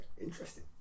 interesting